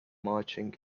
marching